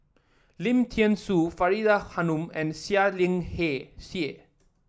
Lim Thean Soo Faridah Hanum and Seah Liang Seah